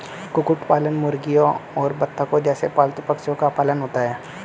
कुक्कुट पालन मुर्गियों और बत्तखों जैसे पालतू पक्षियों का पालन होता है